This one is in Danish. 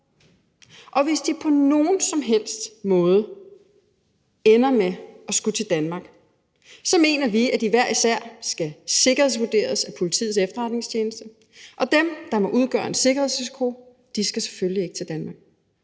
Og hvis de på nogen som helst måde ender med at skulle til Danmark, mener vi, at de hver især skal sikkerhedsvurderes af Politiets Efterretningstjeneste, og dem, der måtte udgøre en sikkerhedsrisiko, skal selvfølgelig ikke til Danmark.